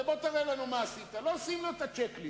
ואני לא נותן את הסכמתי.